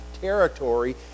territory